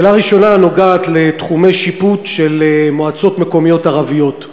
השאלה הראשונה נוגעת בתחומי שיפוט של מועצות מקומיות ערביות.